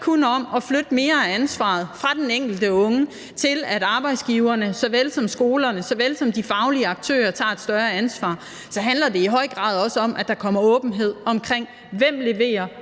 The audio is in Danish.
kun om at flytte mere af ansvaret fra den enkelte unge, over til at arbejdsgiverne såvel som skolerne og de faglige aktører tager et større ansvar; så handler det i høj grad også om, at der kommer åbenhed om, hvem der